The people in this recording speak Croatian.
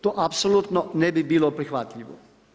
To apsolutno ne bi bilo prihvatljivo.